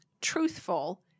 truthful